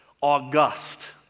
august